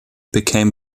became